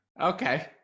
Okay